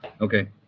Okay